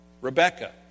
Rebecca